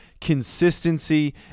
consistency